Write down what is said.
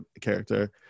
character